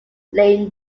lame